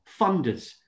funders